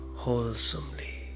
wholesomely